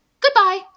Goodbye